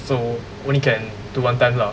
so only can do one time lah